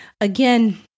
Again